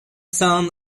son